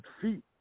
feet